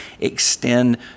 extend